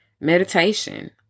meditation